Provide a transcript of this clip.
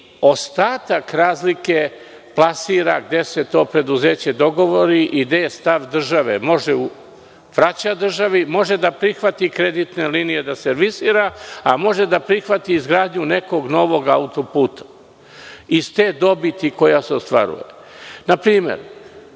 ostatak razlike plasira gde se to preduzeće dogovori i gde je stav države. Može da vrati državi, može da servisira kreditne linije, a može da prihvati izgradnju nekog novog autoputa iz te dobiti koja se ostvaruje. Na primer,